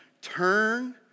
turn